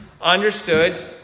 understood